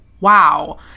wow